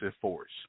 force